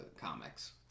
comics